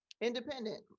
independent